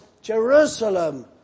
Jerusalem